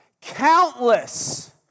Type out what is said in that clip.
Countless